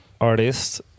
artist